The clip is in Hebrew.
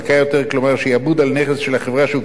כלומר שעבוד על נכס של החברה שהוא כבר משועבד